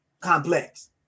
complex